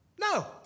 No